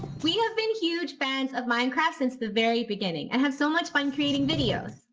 we have been huge fans of minecraft since the very beginning and have so much fun creating videos.